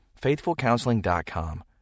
FaithfulCounseling.com